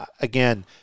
Again